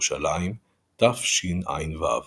ירושלים תשע"ו